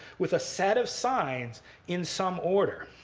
with a set of signs in some order.